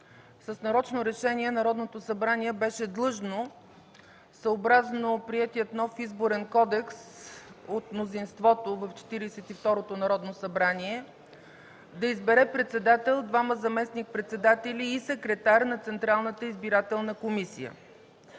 с нарочно решение Народното събрание беше длъжно, съобразно приетия нов Изборен кодекс от мнозинството в Четиридесет и второто Народно събрание, да избере председател, двама заместник-председатели и секретар на Централната избирателна комисия.